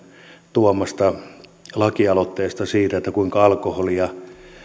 tuomasta lakialoitteesta siitä kuinka alkoholia